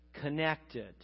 Connected